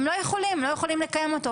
הם לא יכולים לקיים אותו.